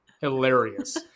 hilarious